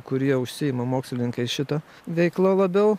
kurie užsiima mokslininkai šita veikla labiau